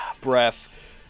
breath